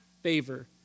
favor